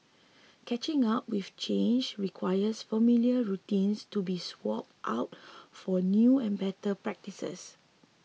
catching up with change requires familiar routines to be swapped out for new and better practices